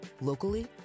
locally